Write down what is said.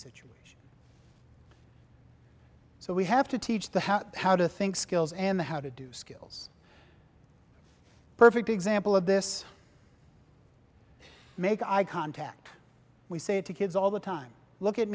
situation so we have to teach the how to how to think skills and how to do skills perfect example of this make eye contact we say to kids all the time look at